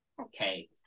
Okay